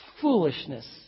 foolishness